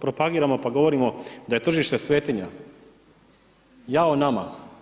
propagiramo pa govorimo da je tržište svetinja, jao nam.